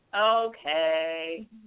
Okay